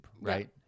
right